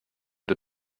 the